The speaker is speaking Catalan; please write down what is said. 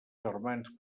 germans